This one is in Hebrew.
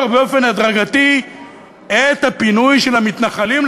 באופן הדרגתי את הפינוי של המתנחלים,